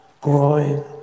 growing